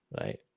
Right